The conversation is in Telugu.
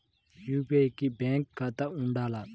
యూ.పీ.ఐ కి బ్యాంక్ ఖాతా ఉండాల?